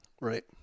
Right